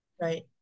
Right